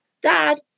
Dad